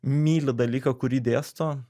myli dalyką kurį dėsto